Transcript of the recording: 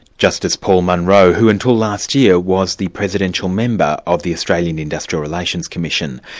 justice paul munro, who until last year was the presidential member of the australian industrial relations commission.